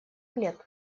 лет